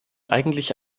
eigentlich